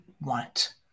want